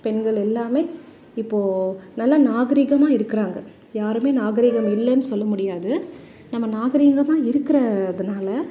பெண்கள் எல்லாமே இப்போது நல்லா நாகரீகமாக இருக்கிறாங்க யாருமே நாகரீகம் இல்லைன்னு சொல்ல முடியாது நம்ம நாகரீகமாக இருக்கிறதுனால